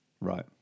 right